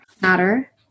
Matter